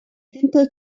simple